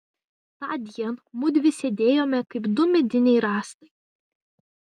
tądien mudvi sėdėjome kaip du mediniai rąstai